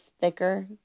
thicker